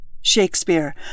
Shakespeare